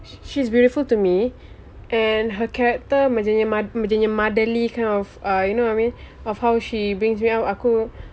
she's beautiful to me and her character macam yang moth~ macam motherly kind of uh you know what I mean of how she brings me out aku